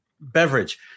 beverage